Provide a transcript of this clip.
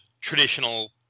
traditional